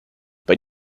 but